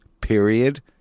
Period